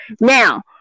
Now